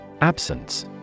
Absence